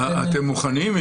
אילנה, אתם מוכנים?